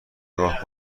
نگاه